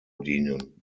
dienen